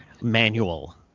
Manual